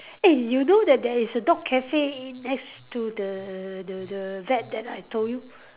eh you know that there is a dog cafe next to the the the vet that I told you